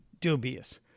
Dubious